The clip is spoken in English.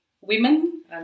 Women